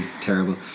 terrible